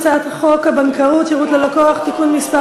הצעת חוק הבנקאות (שירות ללקוח) (תיקון מס'